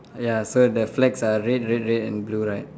ya so the flags are red red red and blue right